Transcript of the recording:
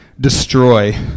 destroy